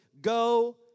go